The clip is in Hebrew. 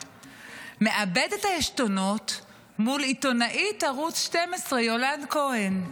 מאבד את העשתונות מול עיתונאית ערוץ 12 יולן כהן.